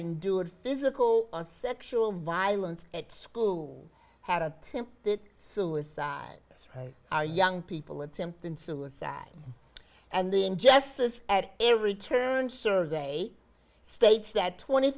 endured physical or sexual violence at school had attempted suicide are young people attempting suicide and injustice at every turn survey states that twenty